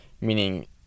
meaning